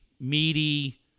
Meaty